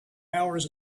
hours